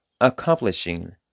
Accomplishing